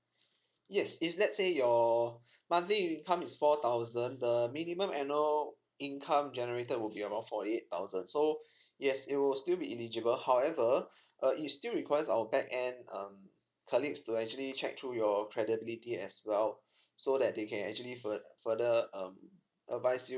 yes if let's say your monthly income is for thousand the minimum annual income generated would be around forty eight thousand so yes it will still be eligible however uh it still requires our back end um colleagues to actually check through your credibility as well so that they can actually furt~ further um advise you